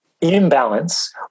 imbalance